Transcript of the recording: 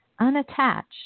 unattached